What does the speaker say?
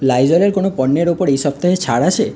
লাইজলের কোনো পণ্যের ওপর এই সপ্তাহে ছাড় আছে